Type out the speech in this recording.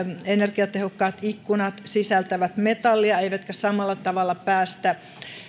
energiatehokkaat ikkunat sisältävät metallia eivätkä samalla tavalla päästä